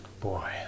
Boy